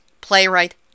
playwright